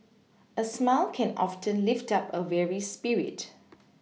a smile can often lift up a weary spirit